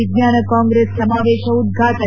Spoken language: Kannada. ವಿಜ್ಞಾನ ಕಾಂಗ್ರೆಸ್ ಸಮಾವೇಶ ಉದ್ಘಾಟನೆ